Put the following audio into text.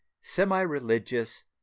semi-religious